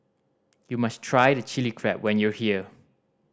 you must try the Chilli Crab when you are here